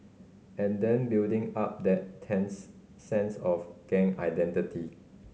and then building up that tense sense of gang identity